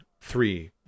three